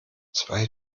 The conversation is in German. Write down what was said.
zwei